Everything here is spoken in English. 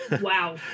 Wow